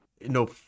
no